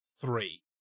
three